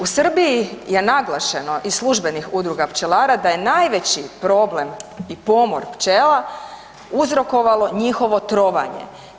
U Srbiji je naglašeno iz službenih udruga pčelara da je najveći problem i pomor pčela, uzrokovalo njihovo trovanje.